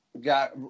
got